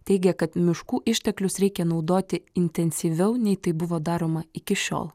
teigia kad miškų išteklius reikia naudoti intensyviau nei tai buvo daroma iki šiol